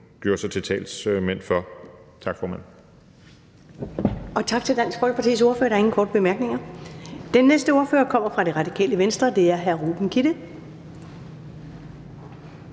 Første næstformand (Karen Ellemann): Tak til Dansk Folkepartis ordfører. Der er ingen korte bemærkninger. Den næste ordfører kommer fra Radikale Venstre, og det er hr. Ruben Kidde.